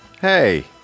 hey